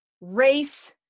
race